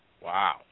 Wow